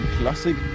Klassik